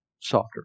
softer